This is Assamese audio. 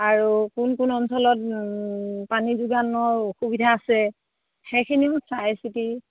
আৰু কোন কোন অঞ্চলত পানী যোগানৰ অসুবিধা আছে সেইখিনিও চাই চিতি